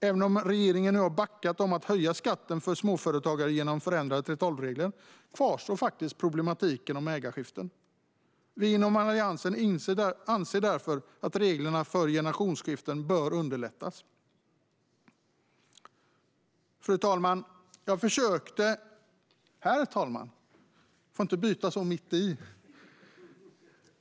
Även om regeringen nu har backat i fråga om att höja skatten för småföretagare genom förändrade 3:12-regler kvarstår problematiken vid ägarskiften. Vi inom Alliansen anser därför att reglerna för generationsskiften bör underlättas. Herr talman!